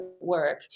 work